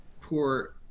poor